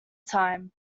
time